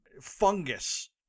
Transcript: fungus